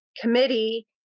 Committee